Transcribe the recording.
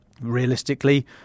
realistically